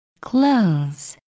clothes